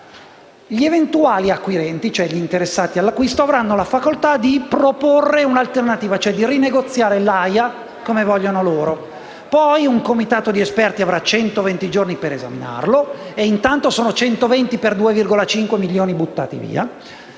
Gli eventuali acquirenti - cioè gli interessati all'acquisto - avranno la facoltà di proporre un'alternativa, cioè di rinegoziare l'AIA come vogliono loro. Poi, un comitato di esperti avrà centoventi giorni per esaminare e intanto vengono buttati via